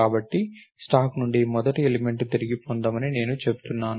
కాబట్టి స్టాక్ నుండి మొదటి ఎలిమెంట్ ని తిరిగి పొందమని నేను చెప్తున్నాను